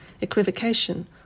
equivocation